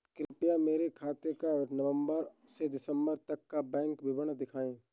कृपया मेरे खाते का नवम्बर से दिसम्बर तक का बैंक विवरण दिखाएं?